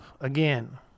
Again